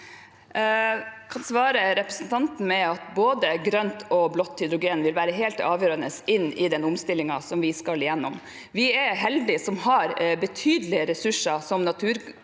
med at både grønt og blått hydrogen vil være helt avgjørende i den omstillingen vi skal gjennom. Vi er heldige som har betydelige ressurser som naturgass,